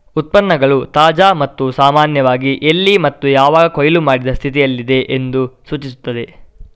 ಉತ್ಪನ್ನಗಳು ತಾಜಾ ಮತ್ತು ಸಾಮಾನ್ಯವಾಗಿ ಎಲ್ಲಿ ಮತ್ತು ಯಾವಾಗ ಕೊಯ್ಲು ಮಾಡಿದ ಸ್ಥಿತಿಯಲ್ಲಿದೆ ಎಂದು ಸೂಚಿಸುತ್ತದೆ